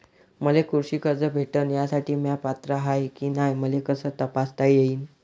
मले कृषी कर्ज भेटन यासाठी म्या पात्र हाय की नाय मले कस तपासता येईन?